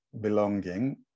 belonging